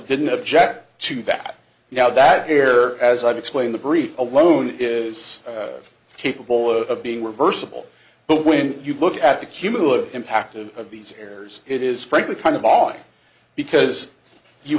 didn't object to that now that here as i've explained the brief alone is capable of being reversible but when you look at the cumulative impact of these there's it is frankly kind of odd because you